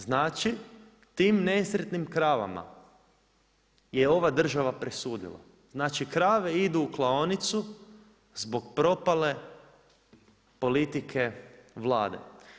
Znači, tim nesretnim kravama je ova država presudila, znači krave idu u klaonicu zbog propale politike Vlade.